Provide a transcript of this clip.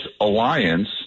alliance